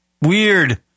Weird